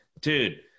dude